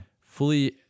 fully